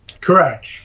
Correct